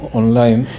online